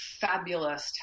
fabulous